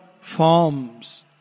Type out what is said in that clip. forms